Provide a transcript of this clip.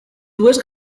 dues